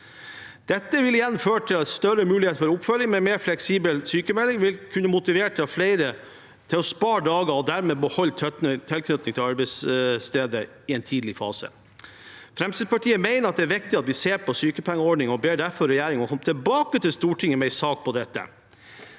Dette vil igjen føre til større mulighet for oppfølging med mer fleksibel sykmelding og vil kunne motivere flere til å spare dager og dermed beholde tilknytningen til arbeidsstedet i en tidlig fase. Fremskrittspartiet mener at det er viktig at vi ser på sykepengeordningen, og ber derfor regjeringen komme tilbake til Stortinget med en sak om dette.